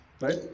Right